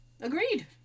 Agreed